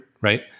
right